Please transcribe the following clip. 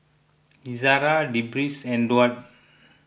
Izara Deris and Daud